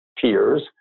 peers